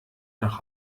nach